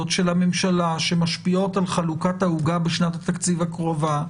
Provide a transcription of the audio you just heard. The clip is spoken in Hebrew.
של הממשלה שמשפיעות על חלוקת העוגה בשנת התקציב הקרובה,